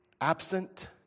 absent